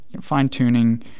fine-tuning